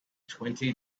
twenty